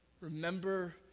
Remember